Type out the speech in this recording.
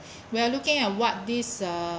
we are looking at what this uh